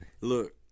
Look